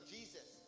Jesus